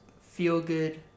feel-good